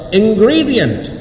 ingredient